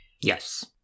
yes